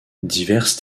diverses